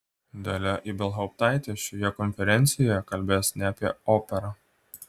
dalia ibelhauptaitė šioje konferencijoje kalbės ne apie operą